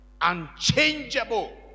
unchangeable